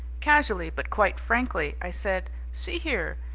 casually, but quite frankly. i said, see here,